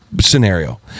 Scenario